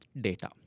data